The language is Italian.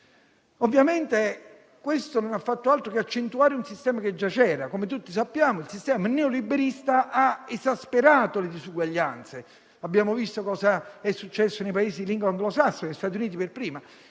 Ovviamente questo non ha fatto altro che accentuare un sistema che già c'era. Come tutti sappiamo, il sistema neoliberista ha esasperato le disuguaglianze. Abbiamo visto cosa è successo nei Paesi di lingua anglosassone, Stati Uniti per primi.